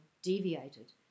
Deviated